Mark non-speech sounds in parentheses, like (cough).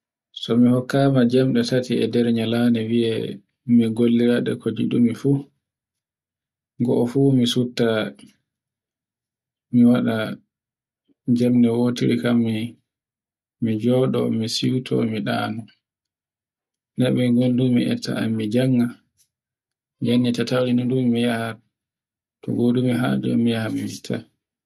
So mi hokkama jamɗi tati e nder nyande wie mi gollira ɗe ko giɗumi fu. Goo fu mi sufta mi waɗa jamdi woɗiri kanmi ni joɗo mi siyto, mi ɗano nde mi gondumi ni jannga, yannde tatauri mi yaha (noise)